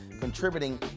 contributing